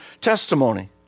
testimony